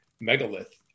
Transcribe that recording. megalith